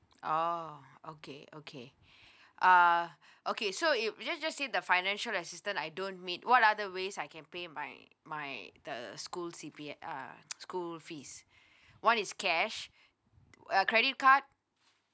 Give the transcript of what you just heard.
oh okay okay uh okay so if let's just say the financial assistance I don't meet what other ways I can pay my my the school C_P_F uh school fees one is cash uh credit card